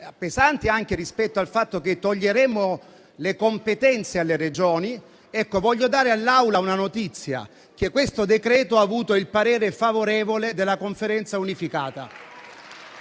pesanti anche rispetto al fatto che toglieremmo competenze alle Regioni. Ecco, voglio dare all'Assemblea una notizia: il decreto-legge in esame ha avuto il parere favorevole della Conferenza unificata.